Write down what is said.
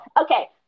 Okay